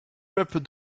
peuples